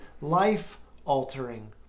life-altering